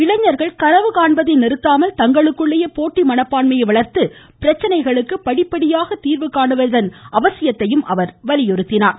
இளைஞர்கள் கனவு காண்பதை நிறுத்தாமல் தங்களுக்குள்ளேயே போட்டி மனப்பான்மையை வளர்த்து பிரச்சினைகளுக்கு படிப்படியாக தீர்வு காண வேண்டும் என்று அறிவுறுத்தினார்